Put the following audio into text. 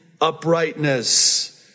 uprightness